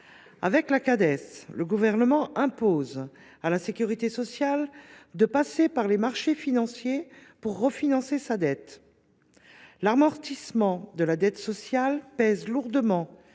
Avec la Cades, le Gouvernement impose à la sécurité sociale de passer par les marchés financiers pour refinancer sa dette. L’amortissement de la dette sociale pèse lourdement